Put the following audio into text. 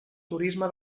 turisme